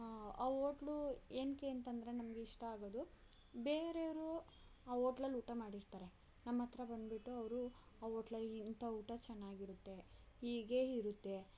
ಆ ಹೋಟ್ಲು ಏನಕ್ಕೆ ಅಂತಂದರೆ ನಮಗೆ ಇಷ್ಟ ಆಗೋದು ಬೇರೇರು ಆ ಹೋಟ್ಲಲ್ಲಿ ಊಟ ಮಾಡಿರ್ತಾರೆ ನಮ್ಮ ಹತ್ರ ಬಂದುಬಿಟ್ಟು ಅವರು ಆ ಹೋಟ್ಲಲ್ಲಿ ಇಂಥ ಊಟ ಚೆನ್ನಾಗಿರುತ್ತೆ ಹೀಗೇ ಇರುತ್ತೆ